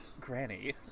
Granny